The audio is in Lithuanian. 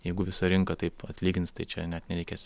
jeigu visa rinka taip atlygins tai čia net nereikės